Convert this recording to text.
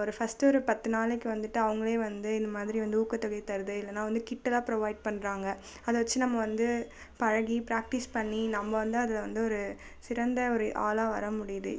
ஒரு ஃபஸ்ட்டு ஒரு பத்து நாளைக்கு வந்துட்டு அவங்களே வந்து இந்த மாதிரி வந்து ஊக்கத்தொகை தருவது இல்லைனா வந்து கிட்டெல்லாம் புரொவைட் பண்றாங்க அதை வச்சு நம்ம வந்து பழகி பிராக்டிஸ் பண்ணி நம்ம வந்து அதில் வந்து ஒரு சிறந்த ஒரு ஆளாக வரமுடியுது